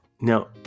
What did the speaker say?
Now